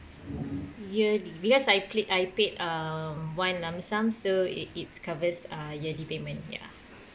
yearly because I play~ I paid uh one lump sum so it it's covers uh yearly payment ya